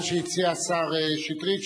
מה שהציע השר שטרית,